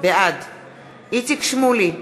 בעד איציק שמולי,